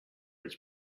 its